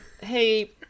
hey